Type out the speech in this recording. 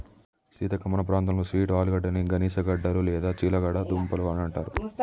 సీతక్క మన ప్రాంతంలో స్వీట్ ఆలుగడ్డని గనిసగడ్డలు లేదా చిలగడ దుంపలు అని అంటారు